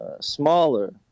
smaller